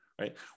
right